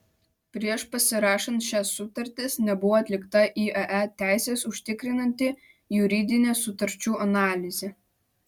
prieš pasirašant šias sutartis nebuvo atlikta iae teises užtikrinanti juridinė sutarčių analizė